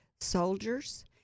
soldiers